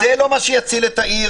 זה לא מה שיציל את העיר.